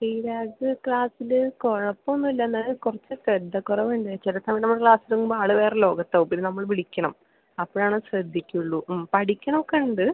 ശ്രീരാജ് ക്ലാസ്സിൽ കുഴപ്പമൊന്നുമില്ല എന്നാലും കുറച്ച് ശ്രദ്ധക്കുറവുണ്ട് ചില തവണ നമ്മൾ ക്ലാസ്സെടുക്കുമ്പോൾ ആൾ വേറെ ലോകത്താവും പിന്നെ നമ്മൾ വിളിക്കണം അപ്പോഴാണ് ശ്രദ്ധിക്കുള്ളൂ മ് പഠിക്കുന്നൊക്കെയുണ്ട്